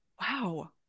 Wow